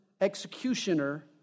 executioner